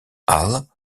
hall